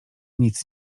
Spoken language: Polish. nic